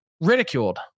ridiculed